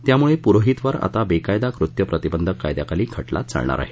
त्यामुळे पुरोहितवर आता बेकायदा कृत्य प्रतिबंधक कायद्याखाली खटला चालणार आहे